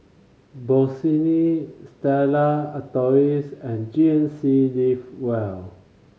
Bossini Stella Artois and G N C Live Well